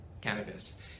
cannabis